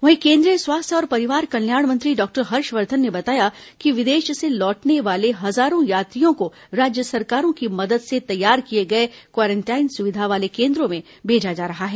वहीं केंद्रीय स्वास्थ्य और परिवार कल्याण मंत्री डॉक्टर हर्षवर्धन ने बताया कि विदेश से लौटने वाले हजारों यात्रियों को राज्य सरकारों की मदद से तैयार किए गए क्वेरेन्टाईन सुविधा वाले केन्द्रों में भेजा जा रहा है